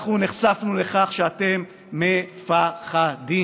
נחשפנו לכך שאתם מ-פ-ח-דים.